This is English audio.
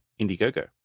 Indiegogo